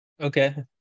Okay